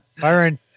Byron